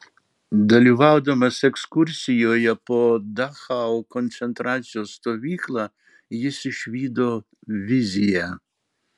dalyvaudamas ekskursijoje po dachau koncentracijos stovyklą jis išvydo viziją